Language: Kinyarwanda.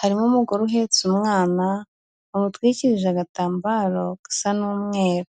Harimo umugore uhetse umwana wamutwikirije agatambaro gasa n'umweru.